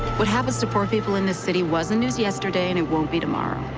what happens to poor people in this city. wasn't news yesterday and it won't be tomorrow.